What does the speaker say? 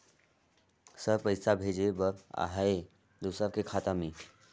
Sir पइसा भेजे बर आहाय दुसर के खाता मे?